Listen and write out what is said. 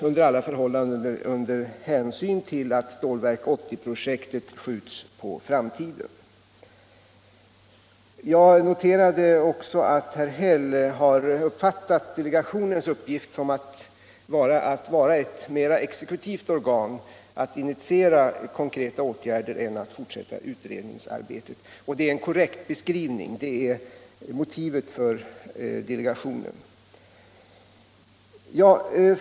Under alla förhållanden skall det ske under hänsynstagande till att Stålverk 80-projektet skjuts på framtiden. Jag noterade också att herr Häll har uppfattat att delegationen som ett exekutivt organ får till uppgift mera att initiera konkreta åtgärder än att fortsätta utredningsarbetet. Det är en korrekt beskrivning — det är motivet för delegationen.